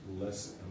less